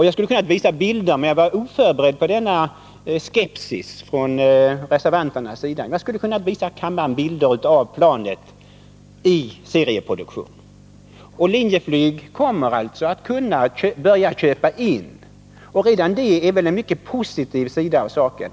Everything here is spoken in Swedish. Jag var oförberedd på denna skepsis från reservanterna; annars skulle jag ha kunnat visa bilder av planet i serieproduktion. Linjeflyg kommer alltså att kunna börja köpa in dessa plan, och redan det är väl en mycket positiv sida av saken.